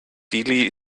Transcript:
dili